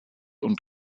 und